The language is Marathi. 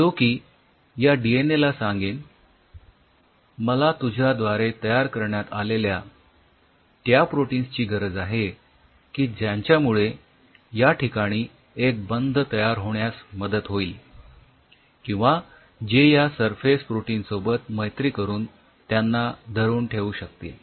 जो की डीएनए ला सांगेन मला तुझ्याद्वारे तयार करण्यात आलेल्या त्या प्रोटिन्स ची गरज आहे की ज्यांच्यामुळे या ठिकाणी एक बंध तयार होण्यास मदत होईल किंवा जे या सरफेस प्रोटीन सोबत मैत्री करून त्यांना धरून ठेवू शकतील